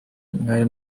mwari